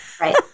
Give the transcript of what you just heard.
Right